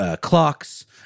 clocks